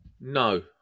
No